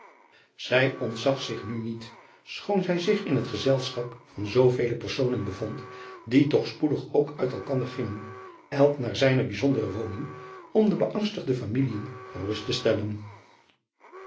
ij ontzag zich nu niet schoon zij zich in het gezelschap van zoovele personen bevond die toch spoedig ook uit elkander gingen elk naar zijne bijzon driaan oosjes zn et leven van aurits ijnslager dere woning om de beangstigde familiën gerust te stellen